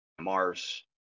Mars